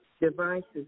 devices